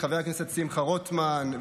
חבר הכנסת שמחה רוטמן,